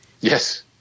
Yes